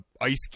ice